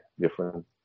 different